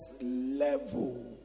level